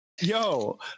Yo